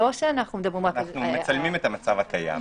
אנחנו מצלמים את המצב הקיים.